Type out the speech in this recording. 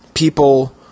People